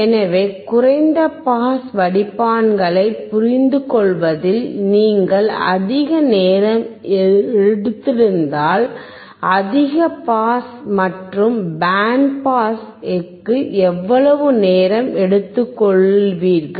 எனவே குறைந்த பாஸ் வடிப்பான்களைப் புரிந்துகொள்வதில் நீங்கள் அதிக நேரம் எடுத்திருந்தால் அதிக பாஸ் மற்றும் பேண்ட் பாஸுக்கு எவ்வளவு நேரம் எடுத்துக்கொள்வீர்கள்